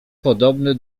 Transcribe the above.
podobny